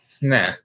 Nah